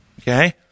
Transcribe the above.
Okay